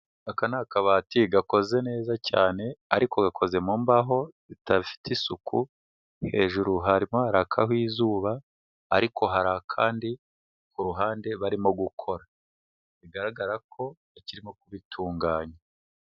Aka ni akabati gakoze neza cyane, ariko gakoze mu mbaho zidafite isuku hejuru harimo harakaho izuba. Ariko hari akandi ku ruhande barimo gukora, bigaragara ko bakirimo kubitunganya.